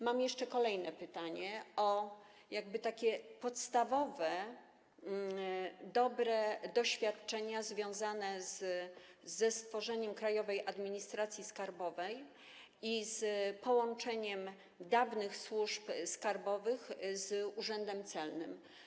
Mam kolejne pytanie, o takie podstawowe, dobre doświadczenia związane ze stworzeniem Krajowej Administracji Skarbowej i z połączeniem dawnych służb skarbowych z urzędem celnym.